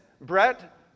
Brett